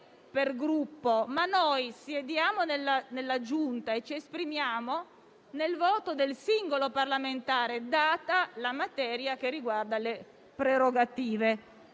appartenenza, ma in sede di Giunta ci esprimiamo nel voto del singolo parlamentare, data la materia che riguarda le prerogative.